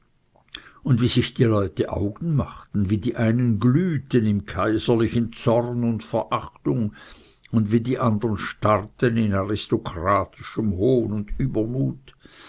und wie sich die leute augen machten wie die einen glühten im kaiserlichen zorn und verachtung und wie die andern starrten in aristokratischem hohn und übermut